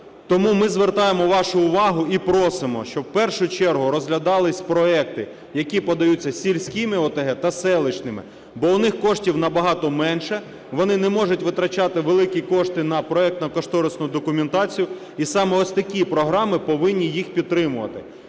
Тому ми звертаємо вашу увагу і просимо, щоб в першу чергу розглядались проекти, які подаються сільськими ОТГ та селищними, бо в них коштів набагато менше, вони не можуть витрачати великі кошти на проектно-кошторисну документацію. І саме ось такі програми повинні їх підтримувати.